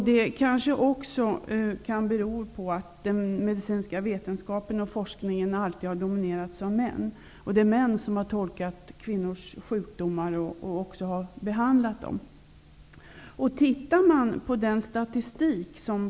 Det kanske beror på att den medicinska vetenskapen och forskningen alltid har dominerats av män. Det är män som har tolkat kvinnors sjukdomar och även har behandlat dem.